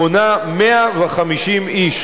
מונה 150 איש,